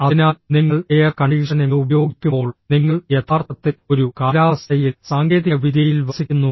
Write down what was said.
അതിനാൽ നിങ്ങൾ air conditioning ഉപയോഗിക്കുമ്പോൾ നിങ്ങൾ യഥാർത്ഥത്തിൽ ഒരു കാലാവസ്ഥയിൽ സാങ്കേതികവിദ്യയിൽ വസിക്കുന്നു